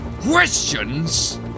Questions